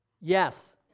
Yes